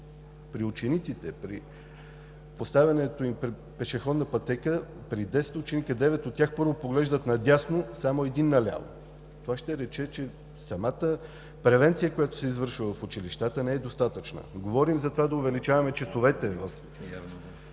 при учениците при поставянето им на пешеходна пътека, при 10 ученика 9 от тях първо поглеждат надясно, а само един наляво. Това ще рече, че самата превенция, която се извършва в училищата, не е достатъчна. Говорим за това да увеличаваме часовете,